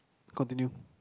continue